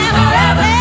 forever